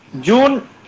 June